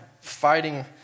fighting